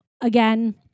again